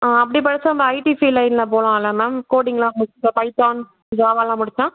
ஆ அப்படி படிச்சால் நம்ம ஐட்டி ஃபீல்ட் லைன்ல போகலாம்ல மேம் கோடிங்லாம் முடிச்சால் பைத்தான் ஜாவாலாம் முடிச்சால்